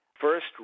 First